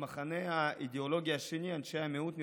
במחנה האידיאולוגי השני אנשי המיעוט נרדפו,